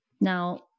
Now